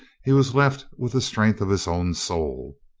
he was left with the strength of his own soul.